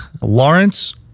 Lawrence